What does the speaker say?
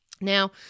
now